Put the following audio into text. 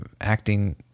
acting